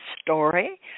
story